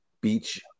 beach